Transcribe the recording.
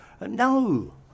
No